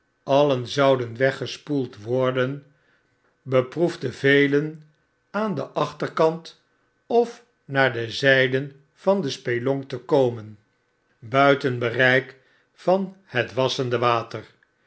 alien zouden weggespoeld worden beproefden velen aan den achterkant of naar de zyden van de spelonk te komen buiten bereik van het wassende water